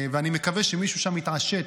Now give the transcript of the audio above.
אני מקווה שמישהו שם יתעשת.